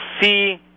see